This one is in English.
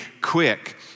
quick